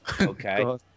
Okay